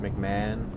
McMahon